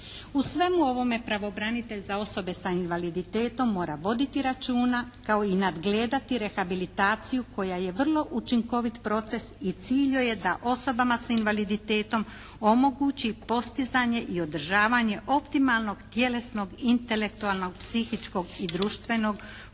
U svemu ovome pravobranitelj za osobe sa invaliditetom mora voditi računa kao i nadgledati rehabilitaciju koja je vrlo učinkovit proces i cilj joj je da osobama sa invaliditetom omogući postizanje i održavanje optimalnog tjelesnog, intelektualnog, psihičkog i društvenog